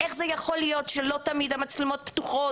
איך יכול להיות שלא תמיד המצלמות פתוחות,